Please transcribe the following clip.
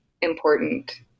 important